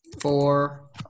Four